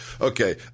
Okay